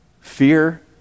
Fear